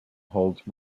holds